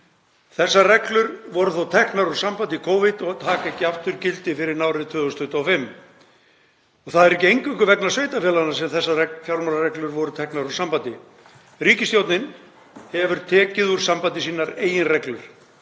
Þessar reglur voru þó teknar úr sambandi í Covid og taka ekki aftur gildi fyrr en árið 2025. Það er ekki eingöngu vegna sveitarfélaganna sem þessar fjármálareglur voru teknar úr sambandi. Ríkisstjórnin hefur tekið úr sambandi sínar eigin reglur